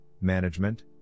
management